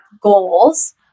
goals